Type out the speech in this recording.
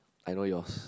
I know yours